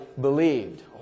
believed